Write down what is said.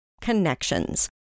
Connections